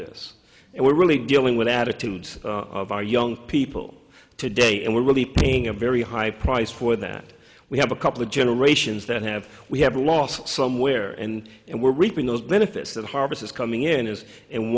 this and we're really dealing with the attitudes of our young people today and we're really paying a very high price for that we have a couple of generations that have we have lost somewhere and and we're reaping those benefits that harvest is coming in is and